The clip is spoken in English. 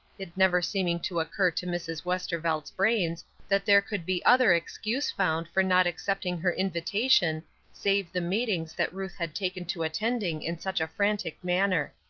it never seeming to occur to mrs. westervelt's brains that there could be other excuse found for not accepting her invitation save the meetings that ruth had taken to attending in such a frantic manner.